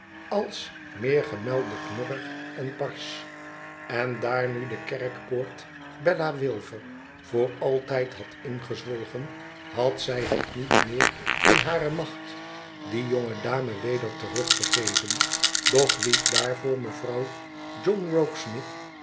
als meer gemelden knorrig en barsch en daar nu de kerkpoort bella wilfer voor altijd had ingezwolgen had zij het niet meer in hare macht die jonge dame weder terug te geven doch liet daarvoor mevrouw john